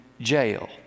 jail